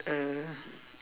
uh